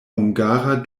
hungara